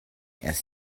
erst